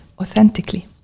authentically